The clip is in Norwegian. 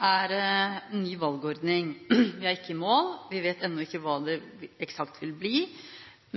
er ny valgordning. Vi er ikke i mål; vi vet ennå ikke hva det eksakt vil bli.